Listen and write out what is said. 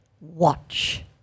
Watch